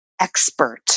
expert